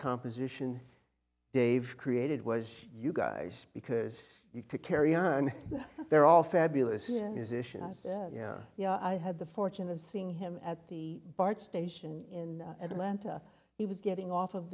composition dave created was you guys because you to carry on they're all fabulous young musicians yeah yeah yeah i had the fortune of seeing him at the bart station in atlanta he was getting off of